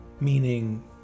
meaning